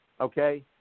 okay